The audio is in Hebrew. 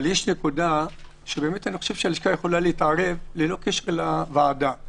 אבל יש נקודה שאני חושב שהלשכה יכולה להתערב ללא קשר לוועדה.